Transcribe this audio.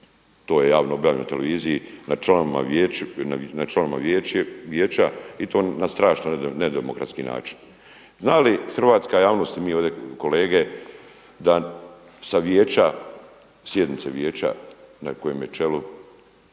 to je javno objavljeno na televiziji nad članovima vijeća i to na strašno jedan ne demokratski način. Zna li hrvatska javnosti i mi ovdje kolege da sa vijeće, sjednice vijeća na kojem je čelu